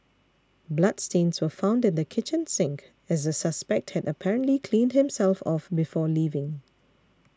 bloodstains were found in the kitchen sink as the suspect had apparently cleaned himself off before leaving